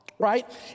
right